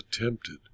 attempted